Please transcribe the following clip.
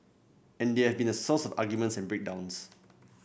and they have been the source of arguments and break downs